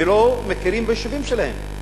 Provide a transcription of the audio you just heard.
ולא מכירים ביישובים שלהם.